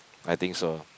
I think so